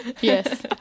Yes